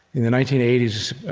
in the nineteen eighty s,